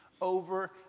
over